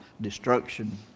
destruction